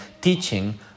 teaching